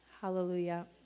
Hallelujah